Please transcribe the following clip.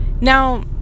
Now